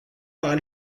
par